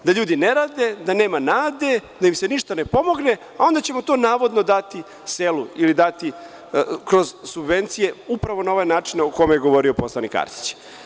Da ljudi ne rade, da nema nade, da im se ništa ne pomogne, a onda ćemo to navodno dati selu ili dati kroz subvencije, upravo na ovaj način na koji je govorio poslanik Arsić.